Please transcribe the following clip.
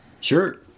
Sure